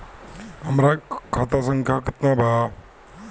हमरा खाता संख्या केतना बा?